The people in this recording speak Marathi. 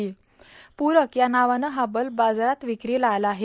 पूरक या नावानं हा बल्ब बाजारात विकीला आला आहे